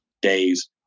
days